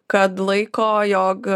kad laiko jog